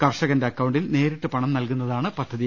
കർഷകന്റെ അക്കൌണ്ടിൽ നേരിട്ട് പണം നൽകുന്നതാണ് പദ്ധതി